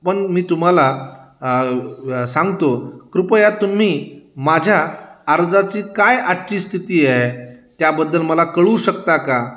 पण मी तुम्हाला सांगतो कृपया तुम्ही माझ्या अर्जाची काय आजची स्थिती आ त्याबद्दल मला कळू शकता का